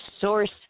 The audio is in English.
source